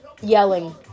Yelling